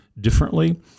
Differently